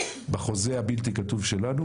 בחוזה הבלתי כתוב שלנו